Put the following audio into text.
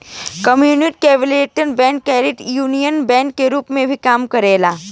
community development bank credit union bank के रूप में भी काम करेला